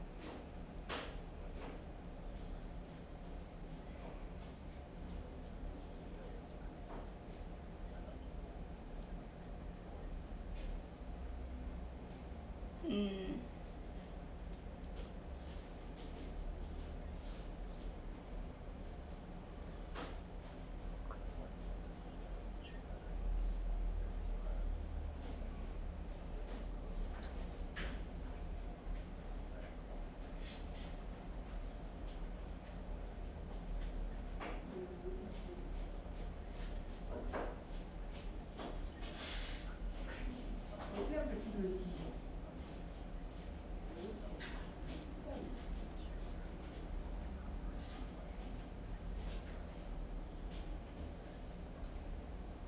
um